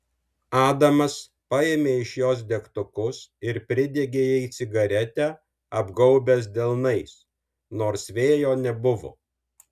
adamas paėmė iš jos degtukus ir pridegė jai cigaretę apgaubęs delnais nors vėjo nebuvo